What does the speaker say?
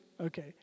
okay